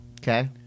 Okay